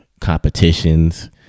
competitions